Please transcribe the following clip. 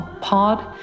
Pod